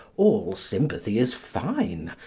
all sympathy is fine,